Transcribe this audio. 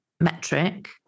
metric